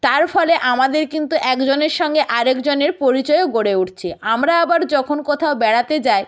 তার ফলে আমাদের কিন্তু এক জনের সঙ্গে আর এক জনের পরিচয়ও গড়ে উঠছে আমরা আবার যখন কোথাও বেড়াতে যাই